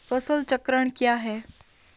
फसल चक्रण क्या है?